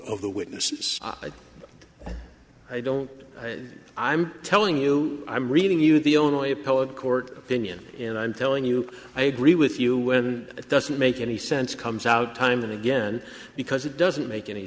of the witnesses i don't i'm telling you i'm reading you the only appellate court opinion and i'm telling you i agree with you when it doesn't make any sense comes out time and again because it doesn't make any